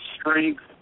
strength